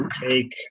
take